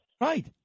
Right